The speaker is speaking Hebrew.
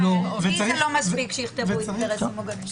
לי לא מספיק שיכתבו אינטרסים מוכנים.